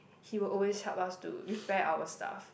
he will always help us to repair our stuff